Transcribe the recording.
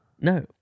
No